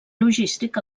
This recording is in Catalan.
logístic